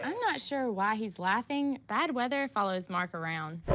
not sure why he's laughing. bad weather follows marc around.